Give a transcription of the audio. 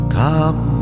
come